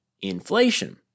inflation